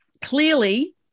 Clearly